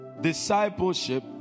discipleship